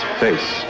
face